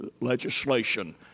legislation